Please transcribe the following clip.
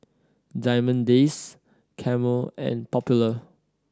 Diamond Days Camel and Popular